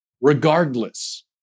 regardless